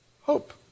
Hope